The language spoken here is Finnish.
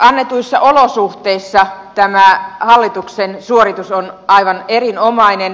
annetuissa olosuhteissa tämä hallituksen suoritus on aivan erinomainen